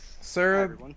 sir